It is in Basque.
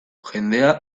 jendea